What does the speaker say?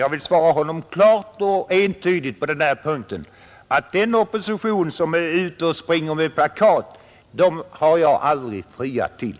Jag vill klart och entydigt säga till honom att den opposition som springer med plakat har jag aldrig friat till.